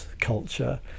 culture